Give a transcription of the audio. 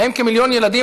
ובהם כמיליון ילדים,